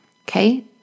Okay